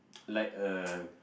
like a